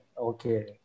Okay